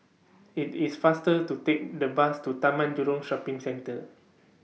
IT IS faster to Take The Bus to Taman Jurong Shopping Centre